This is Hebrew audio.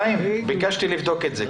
חיים, בקשתי לבדוק את זה.